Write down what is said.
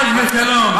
חס ושלום.